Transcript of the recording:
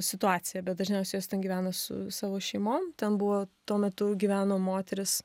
situacija bet dažniausia jos ten gyvena su savo šeimom ten buvo tuo metu gyveno moteris